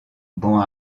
bon